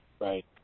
right